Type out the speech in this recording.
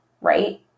right